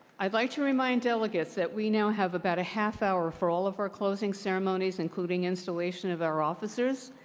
i'd like to remind delegates that we now have about a half hour for all of our closing ceremonies, including installation of our officers.